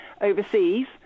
overseas